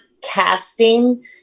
casting